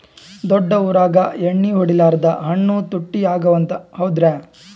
ದೊಡ್ಡ ಊರಾಗ ಎಣ್ಣಿ ಹೊಡಿಲಾರ್ದ ಹಣ್ಣು ತುಟ್ಟಿ ಅಗವ ಅಂತ, ಹೌದ್ರ್ಯಾ?